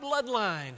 bloodline